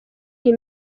iyi